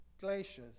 glaciers